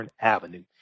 Avenue